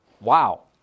Wow